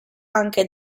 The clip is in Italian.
anche